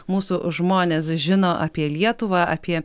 mūsų žmonės žino apie lietuvą apie